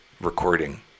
recording